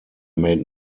made